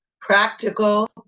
Practical